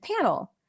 panel